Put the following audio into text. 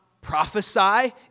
prophesy